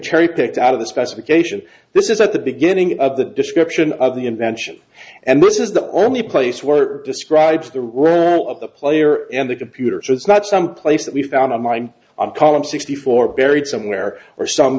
cherry picked out of the specification this is at the beginning of the description of the invention and this is the only place where it describes the rural of the player and the computer so it's not some place that we found a mine on column sixty four buried somewhere or something